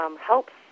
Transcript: Helps